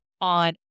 on